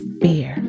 fear